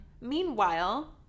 Meanwhile